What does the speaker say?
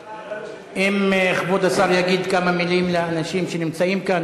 אם כבוד השר יגיד כמה מילים לאנשים שנמצאים כאן,